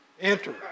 Enter